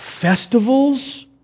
festivals